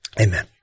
Amen